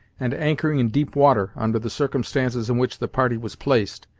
and anchoring in deep water, under the circumstances in which the party was placed,